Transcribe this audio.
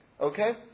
Okay